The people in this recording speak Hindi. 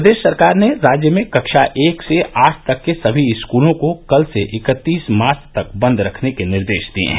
प्रदेश सरकार ने राज्य में कक्षा एक से आठ तक के सभी स्कूलों को कल से इकत्तीस मार्च तक बंद रखने के निर्देश दिए हैं